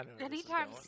Anytime